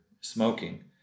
smoking